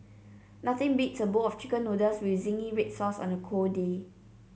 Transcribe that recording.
nothing beats a bowl of chicken noodles with zingy red sauce on a cold day